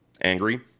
angry